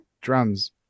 drums